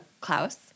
Klaus